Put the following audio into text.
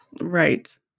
Right